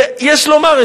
ויש לומר,